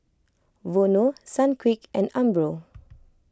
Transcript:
Vono Sunquick and Umbro